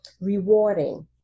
rewarding